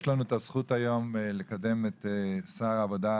יש לנו הזכות היום לארח את שר העבודה,